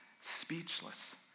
speechless